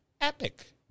epic